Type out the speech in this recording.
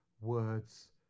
words